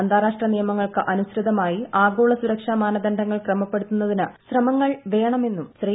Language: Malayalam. അന്താരാഷ്ട്ര നിയമങ്ങൾക്ക് അനുസ്യതമായി ആഗോള സുരക്ഷ മാനദണ്ഡങ്ങൾ ക്രമപ്പെടുത്തുന്നതിന് ശ്രമങ്ങൾ വേണ്മെന്നും ശ്രീ